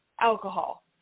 alcohol